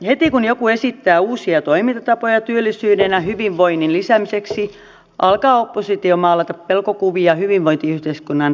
heti kun joku esittää uusia toimintatapoja työllisyyden ja hyvinvoinnin lisäämiseksi alkaa oppositio maalata pelkokuvia hyvinvointiyhteiskunnan romuttamisesta